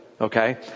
Okay